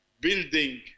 building